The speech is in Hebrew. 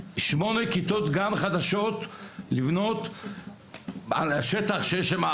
שמונה כיתות גן חדשות לבנות על השטח שיש שם,